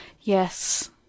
Yes